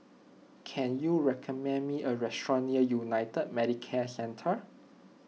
can you recommend me a restaurant near United Medicare Centre